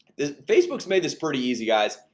the facebook's made this pretty easy guys.